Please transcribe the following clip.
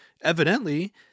evidently